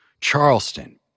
Charleston